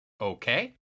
okay